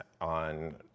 on